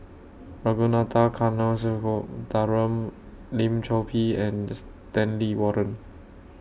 Ragunathar Kanagasuntheram Lim Chor Pee and Stanley Warren